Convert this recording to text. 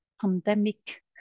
pandemic